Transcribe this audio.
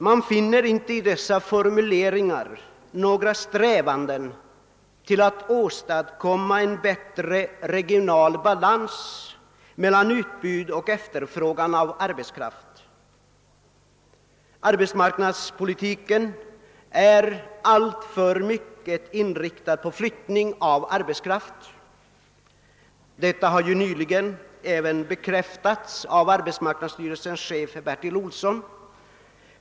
Man finner inte i dessa formuleringar några strävanden att åstadkomma en bättre regional balans mellan utbud av och efterfrågan på arbeiskraft. Arbetsmarknadspolitiken är alltför mycket inriktad på flyttning av arbetskraft. Detta har nyligen även bekräftats genom uttalanden av arbetsmarknadsstyrelsens chef Bertil Olsson.